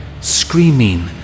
screaming